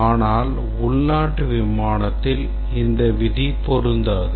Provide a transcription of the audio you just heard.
ஆனால் உள்நாட்டு விமானத்தில் இந்த விதி பொருந்தாது